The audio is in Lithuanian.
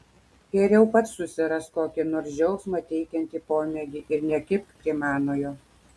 geriau pats susirask kokį nors džiaugsmą teikiantį pomėgį ir nekibk prie manojo